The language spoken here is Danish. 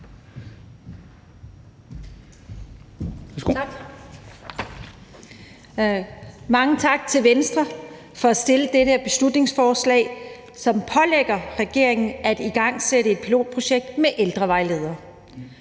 mange tak til Venstre for at fremsætte det her beslutningsforslag, som pålægger regeringen at igangsætte et pilotprojekt med ældrevejledere.